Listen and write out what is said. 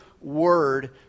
Word